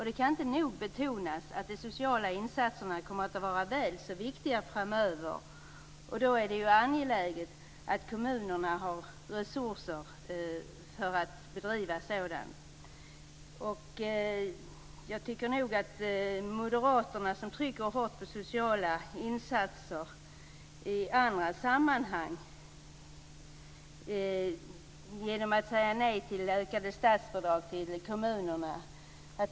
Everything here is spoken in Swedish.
Det kan inte nog betonas att de sociala insatserna kommer att vara väl så viktiga framöver. Då är det angeläget att kommunerna har resurser för att kunna bedriva sådan verksamhet. Moderaterna, som här starkt betonar sociala insatser, säger nej till ökade statsbidrag till kommunerna.